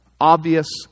obvious